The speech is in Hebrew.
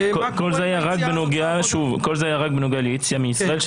כל זה היה רק בנוגע ליציאה מישראל,